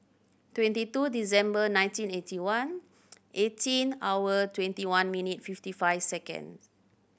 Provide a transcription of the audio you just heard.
twenty two December nineteen eighty one eighteen hour twenty one minute fifty five seconds